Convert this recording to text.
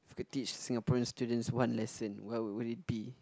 if you could teach Singaporean students one lesson what would it be